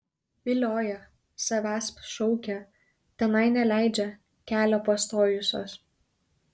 vilioja savęsp šaukia tenai neleidžia kelią pastojusios